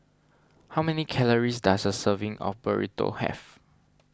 how many calories does a serving of Burrito have